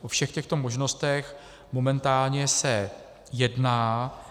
O všech těchto možnostech se momentálně jedná.